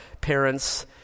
Parents